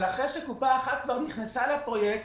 אחרי שקופה אחת נכנסה לפרויקט,